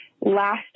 Last